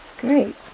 Great